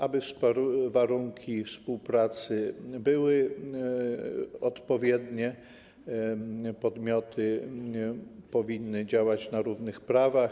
Aby warunki współpracy były odpowiednie, podmioty powinny działać na równych prawach.